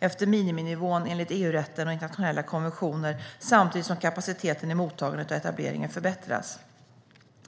efter miniminivån enligt EU-rätten och internationella konventioner, samtidigt som kapaciteten i mottagandet och etableringen förbättras.